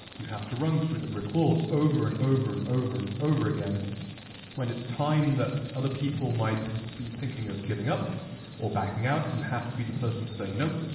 you have to run through the brick walls over and over and over and over again. and when it's time that other people might be thinking of giving up or backing out, you have to be the person say, you know